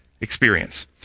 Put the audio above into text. experience